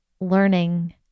learning